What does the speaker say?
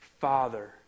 Father